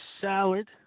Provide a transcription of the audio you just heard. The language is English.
Salad